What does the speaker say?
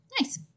Nice